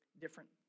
different